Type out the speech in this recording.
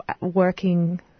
working